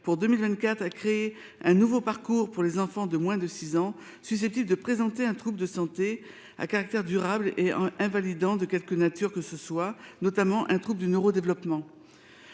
mise en place d’un nouveau parcours pour les enfants de moins de 6 ans susceptibles de présenter un trouble de santé à caractère durable et invalidant, de quelque nature que ce soit, notamment un trouble du neurodéveloppement.